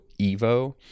Evo